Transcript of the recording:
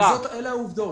אלה העובדות.